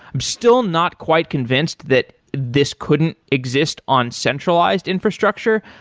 i'm still not quite convinced that this couldn't exist on centralized infrastructure.